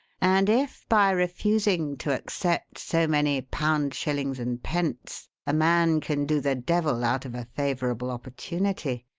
and if by refusing to accept so many pounds, shillings, and pence, a man can do the devil out of a favourable opportunity